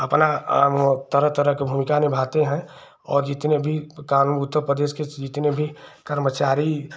अपना तरह तरह की भूमिका निभाते हैं और जितने भी कानून उत्तर प्रदेश के जितने भी कर्मचारी